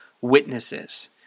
witnesses